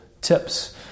tips